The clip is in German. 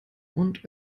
und